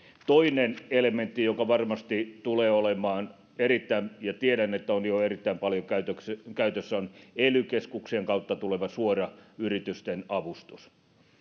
toinen elementti joka varmasti tulee olemaan ja tiedän että on jo erittäin paljon käytössä käytössä on ely keskuksien kautta tuleva suora yritysten avustus